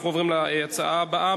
אנחנו עוברים להצעה הבאה.